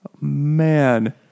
man